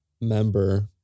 member